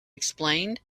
explained